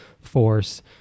force